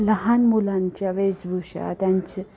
लहान मुलांच्या वेशभूषा त्यांचे